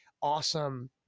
awesome